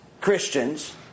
Christians